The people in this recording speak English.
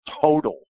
total